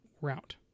route